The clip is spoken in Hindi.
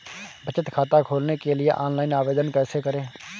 बचत खाता खोलने के लिए ऑनलाइन आवेदन कैसे करें?